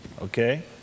Okay